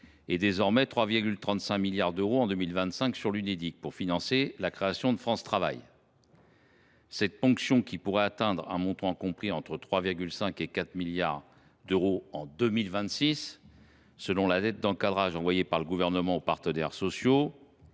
ce seront 3,35 milliards d’euros qui seront prélevés pour financer la création de France Travail. Cette ponction, qui pourrait atteindre un montant compris entre 3,5 milliards d’euros et 4 milliards d’euros en 2026, selon la lettre de cadrage envoyée par le Gouvernement aux partenaires sociaux,